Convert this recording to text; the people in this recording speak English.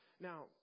Now